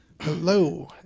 hello